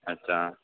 अच्छा